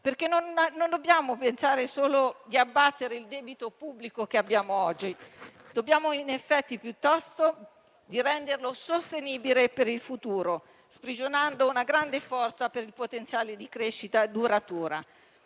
perché non dobbiamo pensare solo di abbattere il debito pubblico che abbiamo oggi, ma piuttosto di renderlo sostenibile per il futuro, sprigionando una grande forza per il potenziale di crescita duratura.